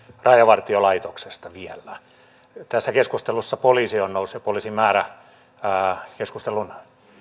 rajavartiolaitoksesta vielä tässä keskustelussa poliisi ja poliisimäärä ovat nousseet keskustelun